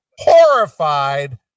horrified